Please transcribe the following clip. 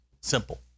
Simple